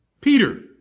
Peter